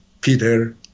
Peter